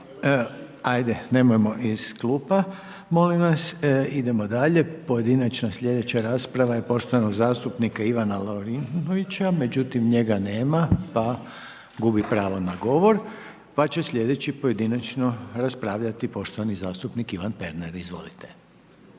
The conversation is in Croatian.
Ajde, nemojmo iz kluba, molim vas. Idemo dalje. Pojedinačna slijedeća rasprava je poštovanog zastupnika Ivana Lovrinovića, međutim njega nema pa gubi pravo na govor, pa će slijedeći pojedinačno raspravljati poštovani zastupnik Ivan Pernar. **Pernar,